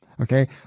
Okay